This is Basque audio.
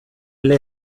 ele